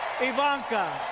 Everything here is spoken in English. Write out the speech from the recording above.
Ivanka